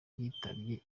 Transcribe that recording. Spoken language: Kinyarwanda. yitabye